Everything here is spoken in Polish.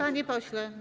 Panie pośle.